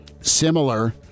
similar